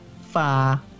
Far